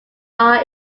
are